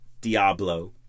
Diablo